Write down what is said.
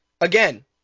again